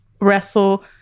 wrestle